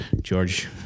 George